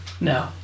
No